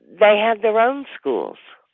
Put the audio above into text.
they had their own schools,